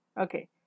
Okay